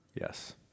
Yes